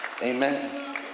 Amen